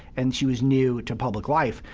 and she was new to public life.